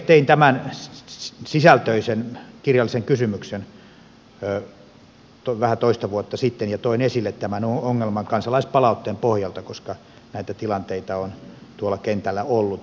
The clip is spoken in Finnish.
tein tämän sisältöisen kirjallisen kysymyksen vähän toista vuotta sitten ja toin esille tämän ongelman kansalaispalautteen pohjalta koska näitä tilanteita on tuolla kentällä ollut